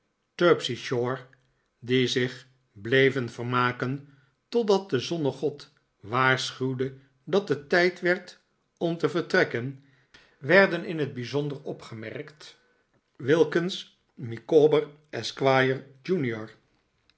terpsichore die zich bleven vermaken totdat de zonnegod waarschuwde dat het tijd werd om te vertrekken werden in het bijzonder opgemerkt wilkins micawber esquire